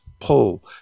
pull